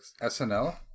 SNL